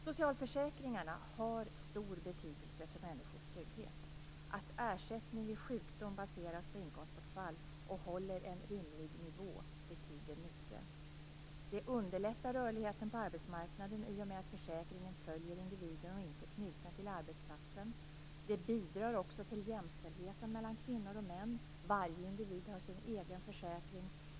Socialförsäkringarna har stor betydelse för människors trygghet. Att ersättning vid sjukdom baseras på inkomstbortfall och håller en rimlig nivå betyder mycket. Det underlättar rörligheten på arbetsmarknaden i och med att försäkringen följer individen och inte är knuten till arbetsplatsen. Det bidrar också till jämställdheten mellan kvinnor och män. Varje individ har sin egen försäkring.